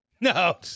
No